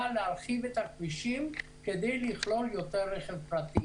להרחיב את הכבישים כדי לכלול יותר רכב פרטי.